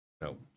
No